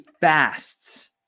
fasts